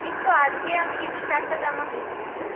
ঠিক তো আজকে আমি কিন্তু চারটে জামা কিনবো